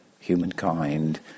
humankind